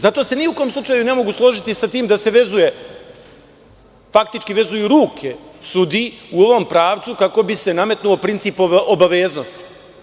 Zato se ni u kom slučaju ne mogu složiti sa tim da se faktički vezuju ruke sudiji u ovom pravcu kako bi se nametnuo princip obaveznosti.